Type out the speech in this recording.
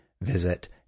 visit